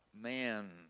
man